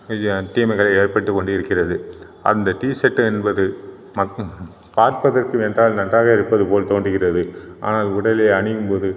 இது தீமைகள் ஏற்பட்டுக் கொண்டு இருக்கிறது அந்த டிஷர்ட் என்பது மக்கும் பார்ப்பதற்கு என்றால் நன்றாக இருப்பது போல் தோன்றுகிறது ஆனால் உடலில் அணியும் போது